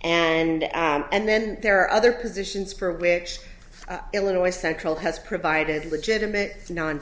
and and then there are other positions for which illinois central has provided legitimate non